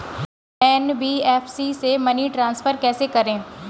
NBFC से money transfer कैसे करें?